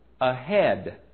Ahead